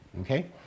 Okay